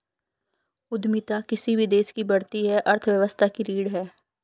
उद्यमिता किसी भी देश की बढ़ती अर्थव्यवस्था की रीढ़ है